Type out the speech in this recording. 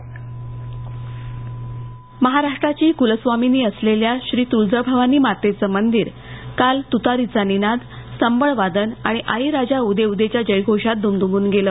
व्हिसीध्वनी महाराष्ट्राची कुलस्वामिनी असलेल्या श्री तुळजाभवानी मातेचं मंदिर काल तुतारीचा नाद संबळ वादन आणि आई राजा उदे उदे च्या जय घोषात द्मदूमून गेलं